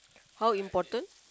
how important